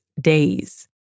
days